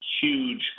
huge